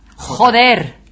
Joder